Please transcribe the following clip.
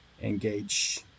engage